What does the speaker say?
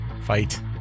Fight